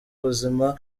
ubuzima